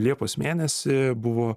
liepos mėnesį buvo